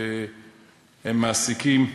הם מעסיקים,